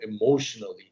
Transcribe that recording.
emotionally